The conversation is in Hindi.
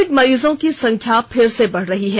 कोविड मरीजों की संख्या फिर से बढ़ रही है